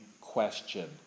question